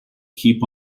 keep